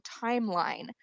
timeline